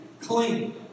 clean